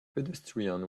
pedestrians